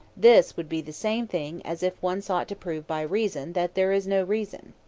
this would be the same thing as if one sought to prove by reason that there is no reason.